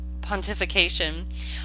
pontification